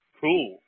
cool